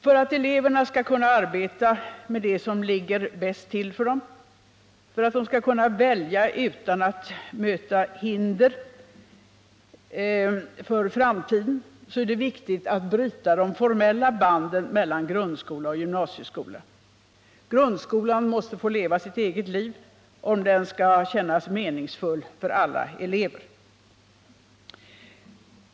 För att eleverna skall kunna arbeta med det som ligger bäst till för dem, för att de skall kunna välja utan att möta hinder för framtiden, är det viktigt att slita de gamla banden mellan grundskola och gymnasieskola. Grundskolan måste få leva sitt eget liv om den skall kännas meningsfull för alla elever.